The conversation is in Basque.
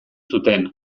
zuten